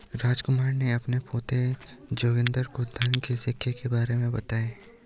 रामकुमार ने अपने पोते जोगिंदर को धन के सिक्के के प्रकार बताएं